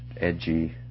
edgy